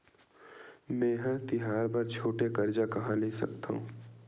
मेंहा तिहार बर छोटे कर्जा कहाँ ले सकथव?